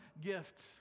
gift